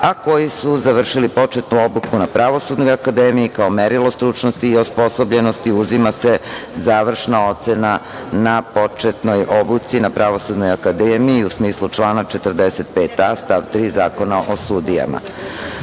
a koji su završili početnu obuku na Pravosudnoj akademiji. Kao merilo stručnosti i osposobljenosti uzima se završna ocena na početnoj obuci, na Pravosudnoj akademiji u smislu člana 45 a) stav 3. Zakona o sudijama. Komisija